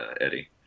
Eddie